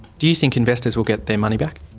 do you think investors will get their money back?